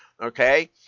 Okay